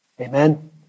Amen